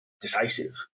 decisive